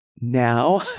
Now